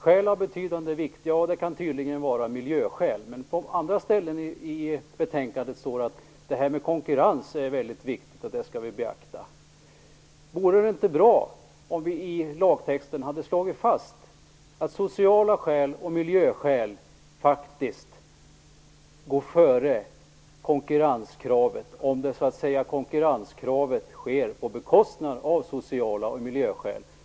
Skäl av betydande vikt kan tydligen vara miljöskäl, men på andra ställen i betänkandet står det att konkurrens är väldigt viktigt och skall beaktas. Vore det inte bra om vi i lagtexten hade slagit fast att sociala skäl och miljöskäl faktiskt går före konkurrenskravet om konkurrensen så att säga sker på bekostnad av sociala hänsyn och miljöhänsyn?